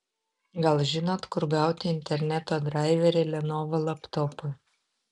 gal žinot kur gauti interneto draiverį lenovo laptopui